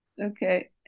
Okay